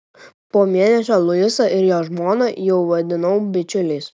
po mėnesio luisą ir jo žmoną jau vadinau bičiuliais